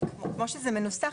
כמו שזה מנוסח,